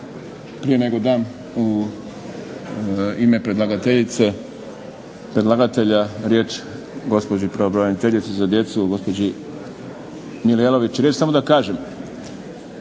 Prije nego dam ime predlagateljice, predlagatelja riječ gospođi pravobraniteljici za djecu, gospođi Mili Jelavić, da samo kažem